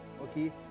Okay